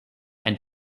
and